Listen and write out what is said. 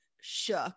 shook